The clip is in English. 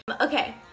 Okay